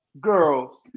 girls